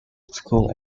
school